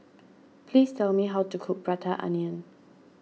please tell me how to cook Prata Onion